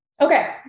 Okay